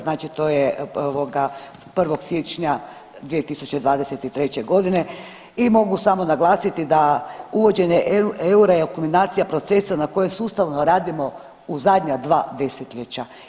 Znači to je 1. siječnja 2023. godine i mogu samo naglasiti da uvođenja eura je kulminacija procesa na kojem sustavno radimo u zadnja dva desetljeća.